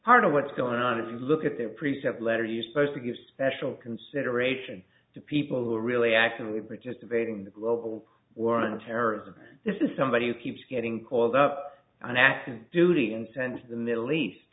part of what's going on if you look at their precept letter you supposed to give special consideration to people who are really actually participating in the global war on terrorism this is somebody who keeps getting called up an active duty and sent to the middle east